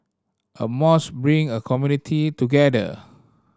a mosque bring a community together